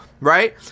right